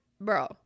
Bro